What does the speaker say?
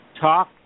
talk